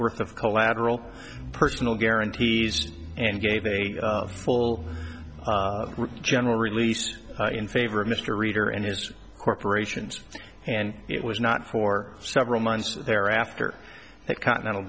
worth of collateral personal guarantees and gave a full general release in favor of mr reader and his corporations and it was not for several months thereafter that continental